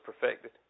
perfected